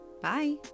Bye